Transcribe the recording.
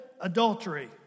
adultery